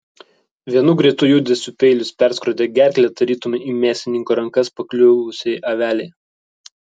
vienu greitu judesiu peilis perskrodė gerklę tarytum į mėsininko rankas pakliuvusiai avelei